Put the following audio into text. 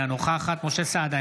אינה נוכחת משה סעדה,